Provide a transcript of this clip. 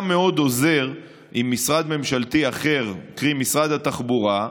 אם משרד ממשלתי אחר, קרי משרד התחבורה,